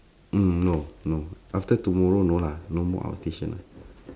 mm no no after tomorrow no lah no more outstation ah